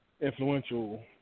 influential